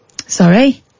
Sorry